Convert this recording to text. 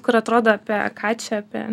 kur atrodo apie ką čia apie